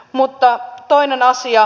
mutta toinen asia